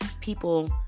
people